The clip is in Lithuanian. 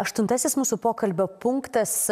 aštuntasis mūsų pokalbio punktas